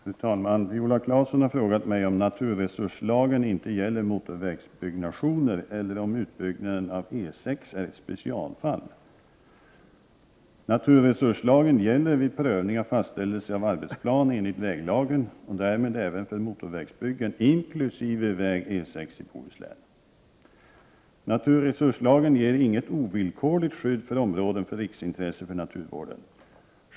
Fru talman! Viola Claesson har frågat mig om naturresurslagen inte gäller motorvägsbyggnationer eller om utbyggnaden av E 6 är ett specialfall. Naturresurslagen ger inget ovillkorligt skydd för områden av riksintresse för naturvården.